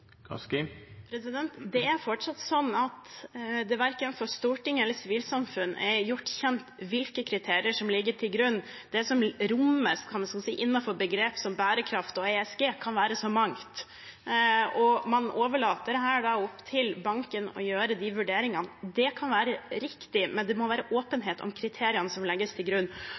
Det er fortsatt sånn at det verken for storting eller sivilsamfunn er gjort kjent hvilke kriterier som ligger til grunn. Det som rommes innenfor begrep som «bærekraft» og «ESG», kan være så mangt. Man overlater her til banken å gjøre de vurderingene. Det kan være riktig, men det må være åpenhet om kriteriene som legges til grunn.